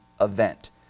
event